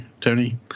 Tony